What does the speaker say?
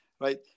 right